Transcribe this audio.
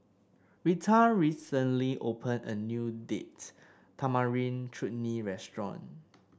Reta recently opened a new Date Tamarind Chutney Restaurant